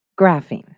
graphene